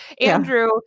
Andrew